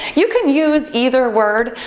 you can use either word.